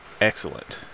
excellent